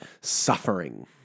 suffering